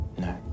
No